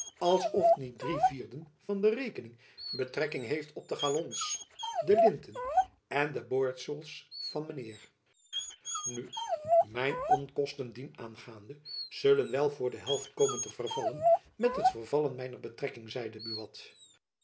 als of niet drie vierden van de rekening betrekking heeft tot de galons en de linten en de boordsels van mijn heer nu mijne onkosten dienaangaande zullen wel voor de helft komen te vervallen met het vervallen mijner betrekking zeide buat